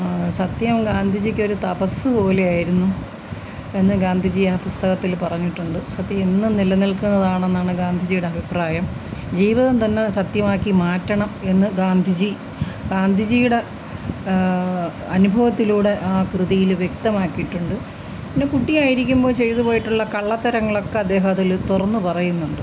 സത്യം ഗാന്ധിജിക്കൊരു തപസ്സ് പോലെ ആയിരുന്നു എന്ന് ഗാന്ധിജി ആ പുസ്തകത്തിൽ പറഞ്ഞിട്ടുണ്ട് സത്യം എന്നും നിലനിൽക്കുന്നതാണെന്നാണ് ഗാന്ധിജിയുടെ അഭിപ്രായം ജീവിതം തന്നെ സത്യമാക്കി മാറ്റണം എന്ന് ഗാന്ധിജി ഗാന്ധജിയുടെ അനുഭവത്തിലൂടെ ആ കൃതിയിൽ വ്യക്തമാക്കിയിട്ടുണ്ട് പിന്നെ കുട്ടിയായിരിക്കുമ്പോൾ ചെയ്ത്പോയിട്ടുള്ള കള്ളത്തരങ്ങളക്കെ അദ്ദേഹം അതിൽ തുറന്ന് പറയുന്നുണ്ട്